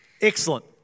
Excellent